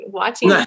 watching